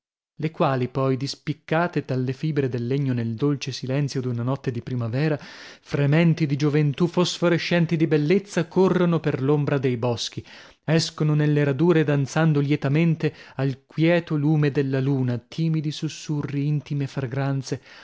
le quali poi dispiccate dalle fibre del legno nel dolce silenzio d'una notte di primavera frementi di gioventù fosforescenti di bellezza corrono per l'ombra dei boschi escono nelle radure danzando lietamente al queto lume della luna timidi sussurri intime fragranze